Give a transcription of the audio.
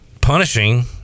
punishing